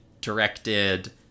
directed